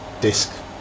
disk